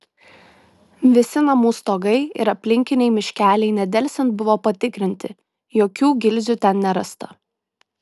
visi namų stogai ir aplinkiniai miškeliai nedelsiant buvo patikrinti jokių gilzių ten nerasta